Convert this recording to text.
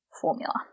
formula